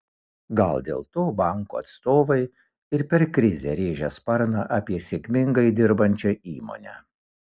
gal dėl to bankų atstovai ir per krizę rėžia sparną apie sėkmingai dirbančią įmonę